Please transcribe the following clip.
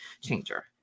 changer